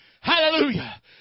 Hallelujah